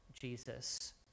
jesus